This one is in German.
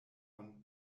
von